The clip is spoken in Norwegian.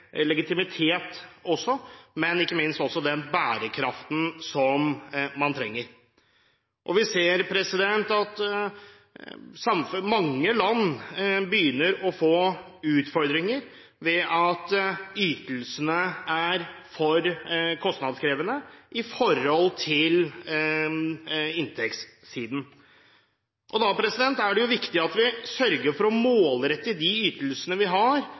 også den bærekraften som man trenger. Vi ser at mange land begynner å få utfordringer pga. at ytelsene er for kostnadskrevende i forhold til inntektene. Da er det viktig at vi sørger for å rette de ytelsene vi har,